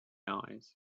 eyes